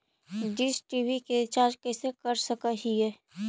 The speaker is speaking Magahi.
डीश टी.वी के रिचार्ज कैसे कर सक हिय?